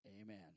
Amen